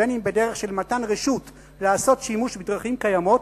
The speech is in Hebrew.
בין אם בדרך של מתן רשות לעשות שימוש בדרכים קיימות,